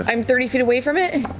but i'm thirty feet away from it?